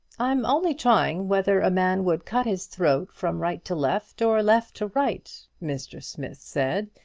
i'm only trying whether a man would cut his throat from right to left, or left to right, mr. smith said,